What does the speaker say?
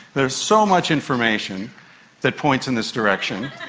there's so much information that points in this direction.